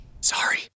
Sorry